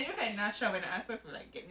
ah